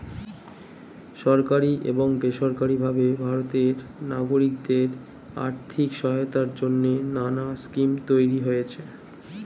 সরকারি এবং বেসরকারি ভাবে ভারতের নাগরিকদের আর্থিক সহায়তার জন্যে নানা স্কিম তৈরি হয়েছে